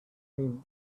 him